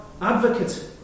advocate